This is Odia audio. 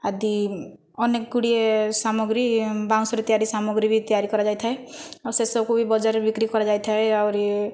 ଆଦି ଅନେକ ଗୁଡ଼ିଏ ସାମଗ୍ରୀ ବାଉଁଶରେ ତିଆରି ସାମଗ୍ରୀ ବି ତିଆରି କରାଯାଇଥଏ ଆଉ ସେସବୁକୁ ବି ବଜାରରେ ବିକ୍ରି କରାଯାଇଥାଏ ଆହୁରି